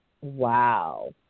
Wow